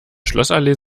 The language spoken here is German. schlossallee